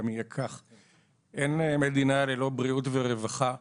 אין מדינה ללא בריאות ורווחה.